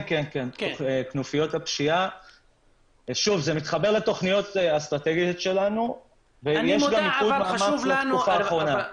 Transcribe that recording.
זה מתחבר לתכניות האסטרטגיות שלנו ויש מיקוד מאמץ לתקופה האחרונה.